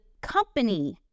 company